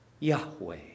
Yahweh